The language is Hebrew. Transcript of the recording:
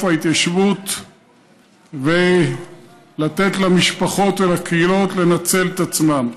ההתיישבות ולתת למשפחות ולקהילות לנצל את עצמן.